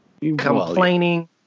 Complaining